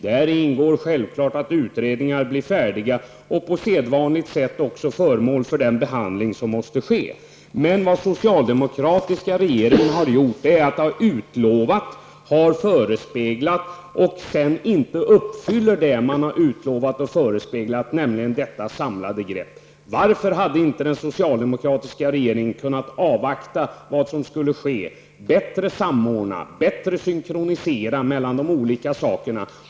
Däri ingår självfallet att utredningar blir färdiga och på sedvanligt sätt också blir föremål för den behandling som måste ske. Vad den socialdemokratiska regeringen har gjort är att utlova och förespegla någonting som den sedan inte uppfyller, nämligen ett samlat grepp. Varför kunde inte den socialdemokratiska regeringen avvakta vad som skulle ske för att bättre samordna och synkronisera de olika sakerna?